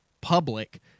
public